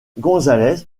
gonzález